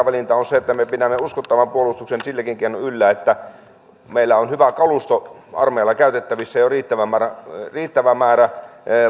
valinta on se että me pidämme uskottavan puolustuksen silläkin keinoin yllä että meillä on hyvä kalusto armeijalla käytettävissä ja riittävä määrä